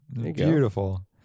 beautiful